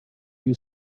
you